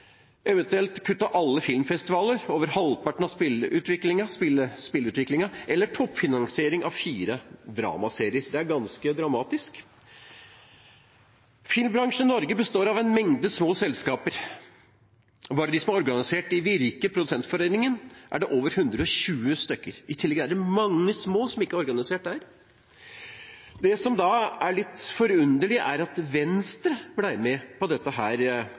eventuelt kutte alle filmfestivaler, over halvparten av spillutviklingen eller toppfinansiering av fire dramaserier. Det er ganske dramatisk. Filmbransjen i Norge består av en mengde små selskaper. Bare i Virke Produsentforeningen er det organisert over 120 stykker. I tillegg er det mange små som ikke er organisert der. Det som da er litt forunderlig, er at Venstre ble med på dette